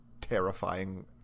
terrifying